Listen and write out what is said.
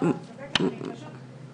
אז תקראו לה איך שתקראו לה,